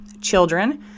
children